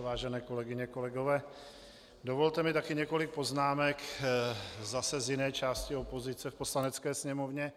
Vážené kolegyně, kolegové, dovolte mi taky několik poznámek zase z jiné části opozice v Poslanecké sněmovně.